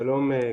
שלום,